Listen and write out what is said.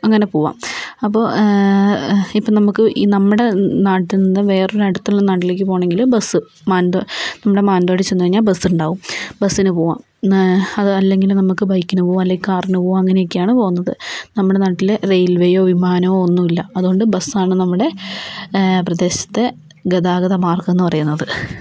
അങ്ങനെ പോകാം അപ്പോൾ ഇപ്പോൾ നമുക്ക് നമ്മുടെ നാട്ടിൽ നിന്ന് വേറൊരു അടുത്തുള്ള നാട്ടിലേക്ക് പോകണമെങ്കിൽ ബസ് മാനന്ത നമ്മുടെ മാനന്തവാടിയിൽ ചെന്ന് കഴിഞ്ഞാൽ ബസുണ്ടാകും ബസിനു പോകാം അതല്ലെങ്കില് നമുക്ക് ബൈക്കിന് പോകാം അല്ലെങ്കില് കാറിന് പോകാം അങ്ങനെ ഒക്കെയാണ് പോകുന്നത് നമ്മുടെ നാട്ടില് റയിൽവേയോ വിമാനമോ ഒന്നും ഇല്ല അതുകൊണ്ട് ബസാണ് നമ്മുടെ ആ പ്രദേശത്തെ ഗതാഗത മാർഗം എന്ന് പറയുന്നത്